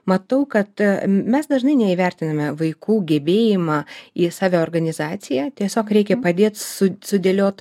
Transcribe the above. matau kad mes dažnai neįvertiname vaikų gebėjimą į saviorganizaciją tiesiog reikia padėt su sudėliot